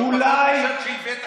כשאיווט היה שר הביטחון,